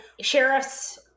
sheriffs